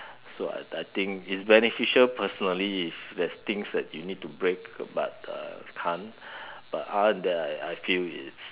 so I I think it's beneficial personally if there's things that you need to break but uh can't but other than that I feel it's